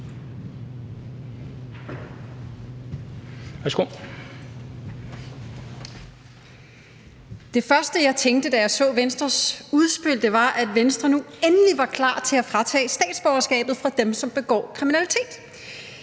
Det første, jeg tænkte, da jeg så Venstres udspil, var, at Venstre nu endelig var klar til at fratage statsborgerskabet fra dem, som begår kriminalitet.